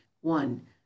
one